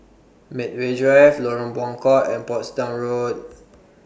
Medway Drive Lorong Buangkok and Portsdown Road